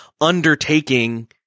undertaking